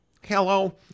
hello